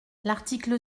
l’article